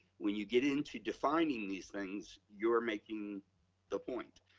when you get into defining these things, you're making the point.